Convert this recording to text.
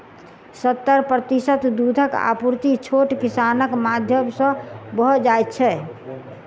सत्तर प्रतिशत दूधक आपूर्ति छोट किसानक माध्यम सॅ भ जाइत छै